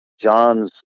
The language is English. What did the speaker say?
John's